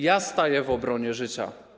Ja staję w obronie życia.